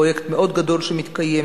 פרויקט מאוד גדול שמתקיים,